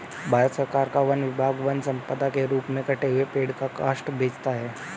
भारत सरकार का वन विभाग वन सम्पदा के रूप में कटे हुए पेड़ का काष्ठ बेचता है